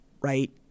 right